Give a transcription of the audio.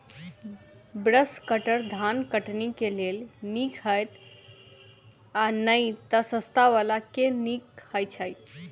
Brush cutter धान कटनी केँ लेल नीक हएत या नै तऽ सस्ता वला केँ नीक हय छै?